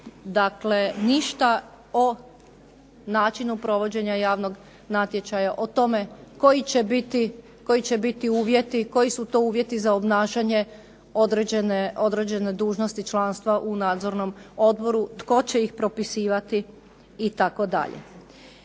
dakle ništa o načinu provođenja javnog natječaja, o tome koji će biti uvjeti, koji su to uvjeti za obnašanje određene dužnosti članstva u nadzornom odboru, tko će ih propisivati itd.